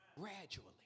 gradually